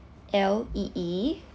l E E